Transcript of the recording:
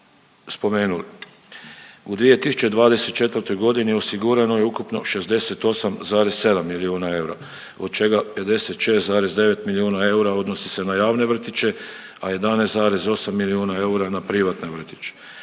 U 2024. godini osigurano je ukupno 68,7 milijuna eura, od čega 56,9 milijuna eura odnosi se na javne vrtiće, a 11,8 milijuna eura na privatne vrtiće.